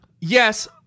yes